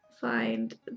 Find